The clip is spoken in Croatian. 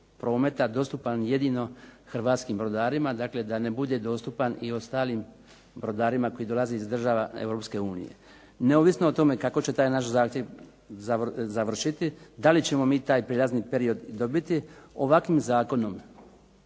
prometa dostupan jedino hrvatskih brodarima, dakle da ne bude dostupan i ostalim brodarima koji dolaze iz država Europske unije. Neovisno o tome kako će taj naš zahtjev završiti, da li ćemo mi taj prijelazni period dobiti, ovakvim zakonom